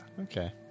Okay